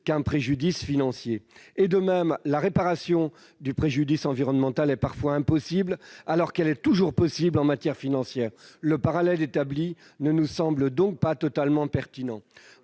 qu'un préjudice financier. De même, la réparation du préjudice environnemental est parfois impossible, alors qu'elle est toujours possible en matière financière. Le parallèle établi ne nous semble donc pas totalement pertinent.